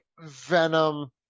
venom